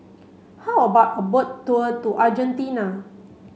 how about a boat tour to Argentina